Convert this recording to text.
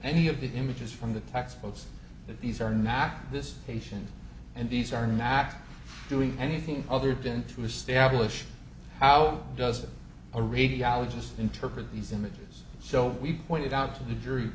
any of the images from the text post that these are not this patients and these are not doing anything other than to establish how does a radiologist interpret these images so we pointed out to the jury